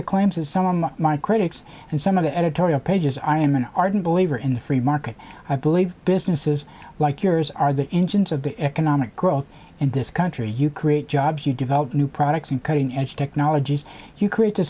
the claims of someone like my critics and some of the editorial pages i am an ardent believer in the free market i believe businesses like yours are the engines of the economic growth in this country you create jobs you develop new products and cutting edge technologies you create to